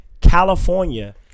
California